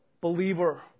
believer